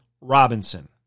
Robinson